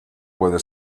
puede